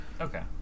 Okay